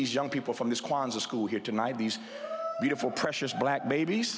these young people from this kwanzaa school here tonight these beautiful precious black